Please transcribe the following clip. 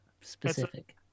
specific